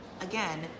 again